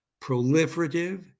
proliferative